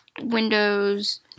Windows